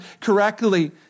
correctly